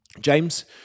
James